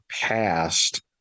past